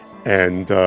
and,